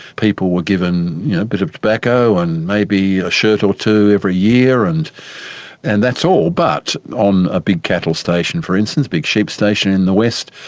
people were given a bit of tobacco and maybe a shirt or two every year and and that's all. but on a big cattle station, for instance, a big sheep station in the west,